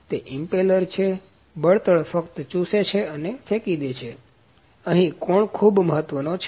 તેથી તે ઇમ્પેલર છે બળતણ ફક્ત ચૂસે છે અને ફેંકી દે છે તેથી અહીં કોણ ખૂબ મહત્વનો છે